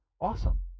Awesome